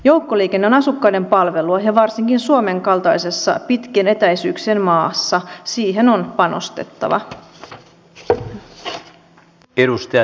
joukkoliikenne on asukkaiden palvelua ja varsinkin suomen kaltaisessa pitkien etäisyyksien maassa siihen on panostettava